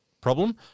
problem